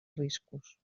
riscos